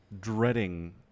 dreading